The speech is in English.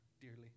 dearly